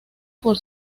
por